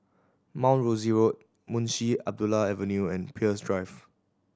Mount Rosie Road Munshi Abdullah Avenue and Peirce Drive